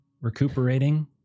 recuperating